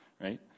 right